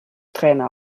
trainer